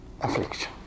affliction